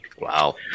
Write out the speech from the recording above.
Wow